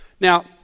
Now